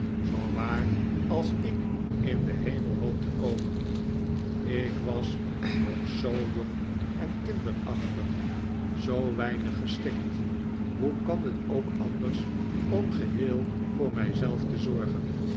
zoo waar als ik in den hemel hoop te komen ik was nog zoo jong en kinderachtig zoo weinig geschikt hoe kan het ook anders om geheel voor mij zelf te zorgen